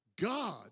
God